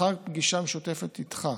לאחר פגישה משותפת איתך,